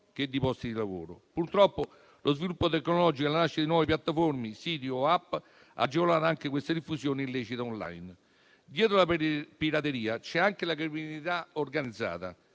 e di posti di lavoro. Purtroppo lo sviluppo tecnologico e la nascita di nuove piattaforme, siti o *app* ha agevolato anche le diffusioni illecite *online*. Dietro la pirateria c'è anche la criminalità organizzata.